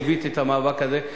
ליוויתי את המאבק הזה,